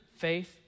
Faith